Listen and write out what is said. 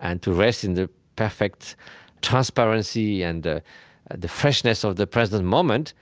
and to rest in the perfect transparency and the the freshness of the present moment